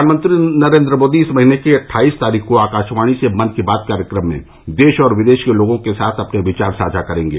प्रधानमंत्री नरेन्द्र मोदी इस महीने की अट्ठाईस तारीख को आकाशवाणी से मन की बात कार्यक्रम में देश और विदेश के लोगों के साथ अपने विचार साझा करेंगे